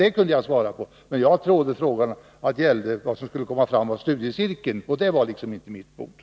Den frågan kan jag svara på. Jag trodde frågan gällde vad som skulle bli resultatet av ”studiecirkeln”, och det var liksom inte mitt bord.